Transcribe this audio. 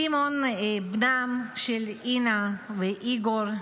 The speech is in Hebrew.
סימון, בנם של אינה ואיגור,